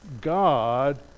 God